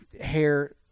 hair